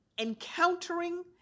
encountering